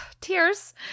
tears